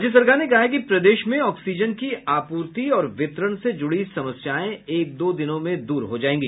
राज्य सरकार ने कहा है कि प्रदेश में ऑक्सीजन की आपूर्ति और वितरण से जुड़ी समस्याएं एक दो दिनों में दूर हो जायेगी